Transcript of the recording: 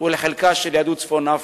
ולחלקה של יהדות צפון-אפריקה,